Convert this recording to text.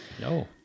No